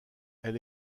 elle